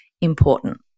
important